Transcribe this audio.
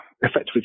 effectively